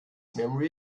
memory